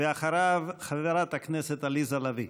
ואחריו, חברת הכנסת עליזה לביא.